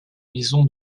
maisons